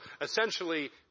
essentially